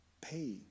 pay